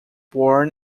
born